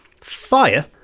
fire